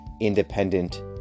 independent